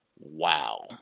wow